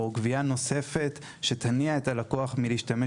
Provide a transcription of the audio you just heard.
או גבייה נוספת שתניא את הלקוח מלהשתמש